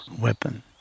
weapon